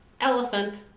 Elephant